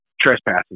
trespassing